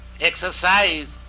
exercise